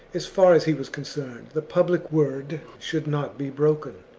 as far as he was concerned, the public word should not be broken.